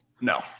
No